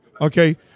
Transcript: okay